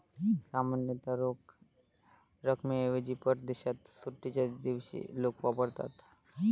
सामान्यतः रोख रकमेऐवजी परदेशात सुट्टीच्या दिवशी लोक वापरतात